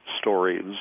stories